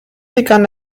begann